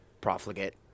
profligate